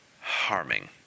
harming